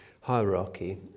hierarchy